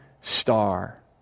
star